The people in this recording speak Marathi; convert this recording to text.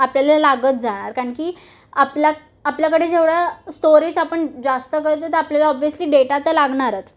आपल्याला लागत जाणार कारण की आपल्या आपल्याकडे जेवढा स्टोरेज आपण जास्त करतो तर आपल्याला ऑब्वस्ली डेटा तर लागणारच